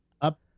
up